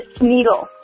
needle